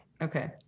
Okay